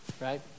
right